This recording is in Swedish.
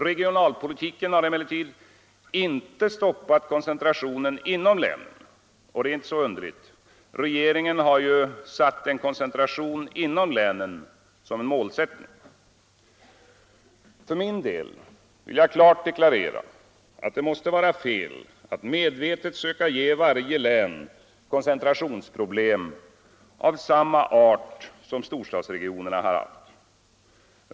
Regionalpolitiken har emellertid inte stoppat koncentrationen inom länen, och det är inte så underligt. Regeringen har ju satt en koncentration inom länen som ett mål. För min del vill jag klart deklarera att det måste vara fel att medvetet söka ge varje län koncentrationsproblem av samma art som storstadsregionerna haft.